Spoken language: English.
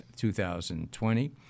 2020